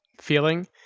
feeling